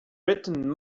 written